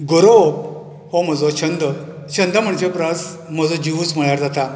गोरोवप हो म्हजो छंद छंद म्हणचे परस म्हजो जिवूच म्हळ्यार जाता